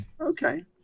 Okay